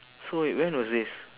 so wait when was this